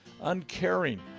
uncaring